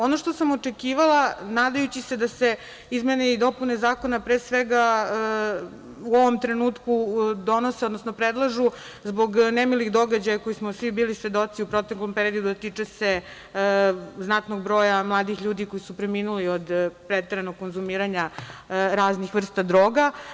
Ono što sam očekivala nadajući se da se izmene i dopune zakona pre svega, u ovom trenutku donose, odnosno predlažu zbog nemilih događaja kojih smo svi bili svedoci u proteklom periodu, a tiče se znatnog broja mladih ljudi koji su preminuli od preteranog konzumiranja raznih vrsta droga.